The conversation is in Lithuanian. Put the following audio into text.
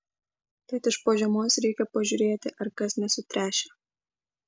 tad iš po žiemos reikia pažiūrėti ar kas nesutręšę